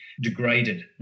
degraded